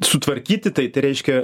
sutvarkyti tai tai reiškia